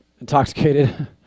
intoxicated